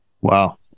Wow